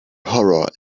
horror